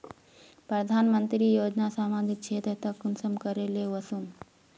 प्रधानमंत्री योजना सामाजिक क्षेत्र तक कुंसम करे ले वसुम?